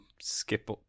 skip